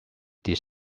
this